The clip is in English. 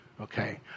Okay